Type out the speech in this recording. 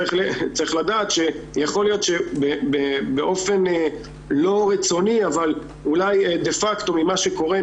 צריך לדעת שיכול להיות שבאופן לא רצוני אבל אולי דה-פקטו ממה שקורה,